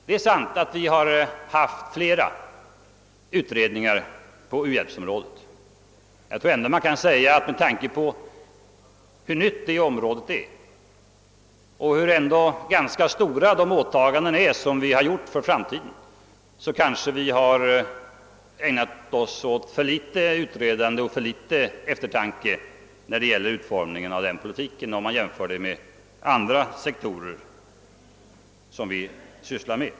Det är sant att det företagits flera utredningar på u-hjälpsområdet, men med tanke på hur nytt det området är och hur stora åtaganden vi gjort för framtiden kanske vi ändå har ägnat oss för litet åt utredande och eftertanke när det gäller utformningen av denna politik, om man jämför med andra sektorer som vi sysslar med.